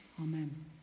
Amen